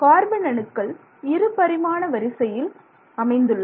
carbon அணுக்கள் இருபரிமாண வரிசையில் அமைந்துள்ளன